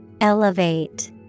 Elevate